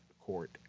Court